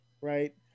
right